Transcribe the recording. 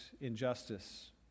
injustice